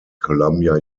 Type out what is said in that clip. columbia